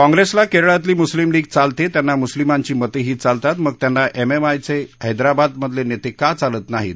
काँप्रेसला केरळातली मुस्लिम लीग चालते त्यांना मुस्लिमांची मतेही चालतात मग त्यांना एमआयएमचे हक्कीबादमधले नेते का चालत नाहीत